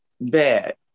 bad